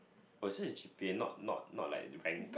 oh this one is G_P_A not not like rank